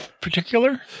particular